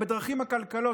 בדרכים עקלקלות.